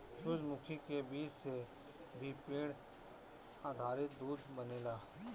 सूरजमुखी के बीज से भी पेड़ आधारित दूध बनेला